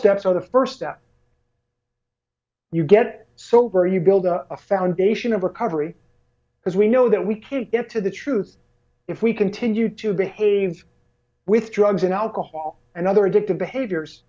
steps or the first you get sober you build up a foundation of recovery because we know that we can't get to the truth if we continue to behave with drugs and alcohol and other addictive behaviors